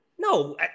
No